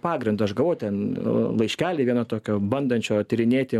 pagrindo aš gavau ten laiškelį vieną tokio bandančio tyrinėti